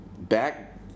back